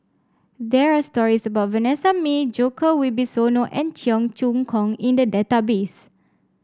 there are stories about Vanessa Mae Djoko Wibisono and Cheong Choong Kong in the database